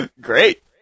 Great